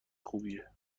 خوبیه